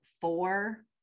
four